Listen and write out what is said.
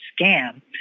scam